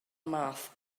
math